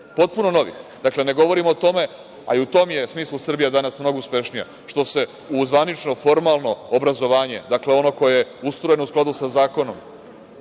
Potpuno novih. Dakle, ne govorimo o tome, a i u tom smislu je danas Srbija mnogo uspešnija, što se u zvanično formalno obrazovanje, dakle, ono koje je ustrojeno u skladu sa zakonom